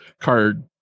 card